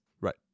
right